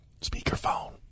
Speakerphone